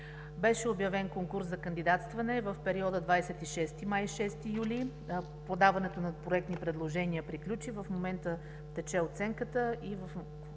Беше обявен конкурс за кандидатстване в периода 26 май – 6 юли. Подаването на проектни предложения приключи. Тече оценката и в